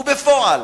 בפועל